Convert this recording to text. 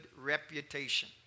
reputation